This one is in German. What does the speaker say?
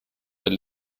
weil